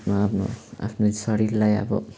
आफ्नो आफ्नो आफ्नै शरीरलाई अब